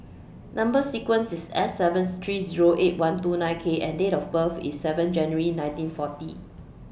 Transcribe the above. Number sequence IS S seven three Zero eight one two nine K and Date of birth IS seven January nineteen forty